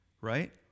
right